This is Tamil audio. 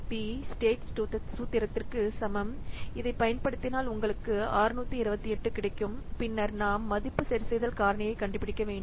பி ஸ்டேட் சூத்திரத்திற்கு சமம் இதைப் பயன்படுத்தினால் உங்களுக்கு 628 கிடைக்கும் பின்னர் நாம் மதிப்பு சரிசெய்தல் காரணியைக் கண்டுபிடிக்க வேண்டும்